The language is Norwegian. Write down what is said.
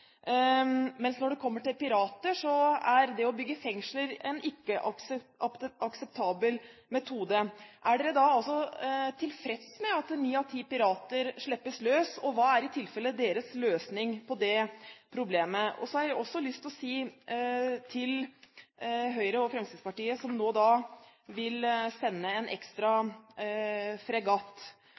mens når det kommer til pirater, er det å bygge fengsler en ikke akseptabel metode: Er de tilfreds med at ni av ti pirater slippes løs? Og hva er i tilfelle deres løsning på det problemet? Jeg har også lyst til å spørre Høyre og Fremskrittspartiet, som nå vil sende en ekstra fregatt: